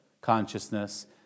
consciousness